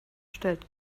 stellt